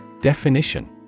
Definition